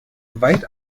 weit